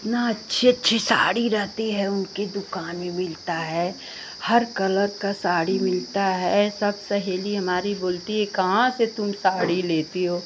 इतनी अच्छी अच्छी साड़ी रहती है उनकी दुकान में मिलती है हर कलर की साड़ी मिलती है सब सहेली हमारी बोलती है कहाँ से तुम साड़ी लेती हो